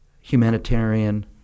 humanitarian